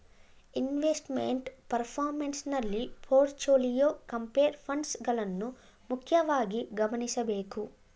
investment performance ನಲ್ಲಿ portfolio, compare funds ಗಳನ್ನ ಮುಖ್ಯವಾಗಿ ಗಮನಿಸಬೇಕು